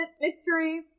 mystery